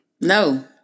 No